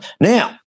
Now